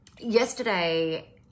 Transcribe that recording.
yesterday